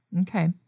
Okay